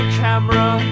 camera